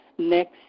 next